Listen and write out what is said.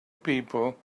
people